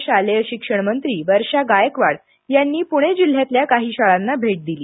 राज्याच्या शालेय शिक्षण मंत्री वर्षा गायकवाड यांनी प्णे जिल्ह्यातल्या काही शाळांना भेट दिली